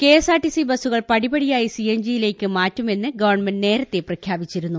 KSRTC ബസുകൾ പടിപടിയായി സിഎൻജിയിലേക്ക് മാറ്റുമെന്ന് ഗവൺമെന്റ് നേരത്തെ പ്രഖ്യാപിച്ചിരുന്നു